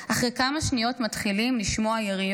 אחרי כמה שניות מתחילים לשמוע יריות.